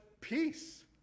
peace